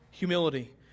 Humility